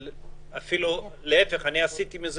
להיפך,